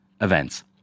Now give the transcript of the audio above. events